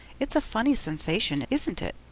it's a funny sensation, isn't it?